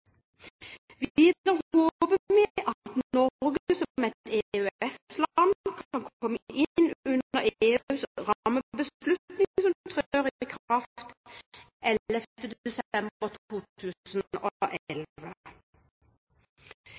håper vi at Norge som et EØS-land kan komme innunder EUs rammebeslutning som trer i kraft